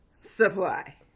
supply